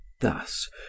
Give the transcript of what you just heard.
thus